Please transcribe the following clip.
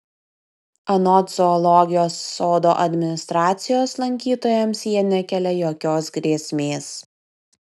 anot zoologijos sodo administracijos lankytojams jie nekelia jokios grėsmės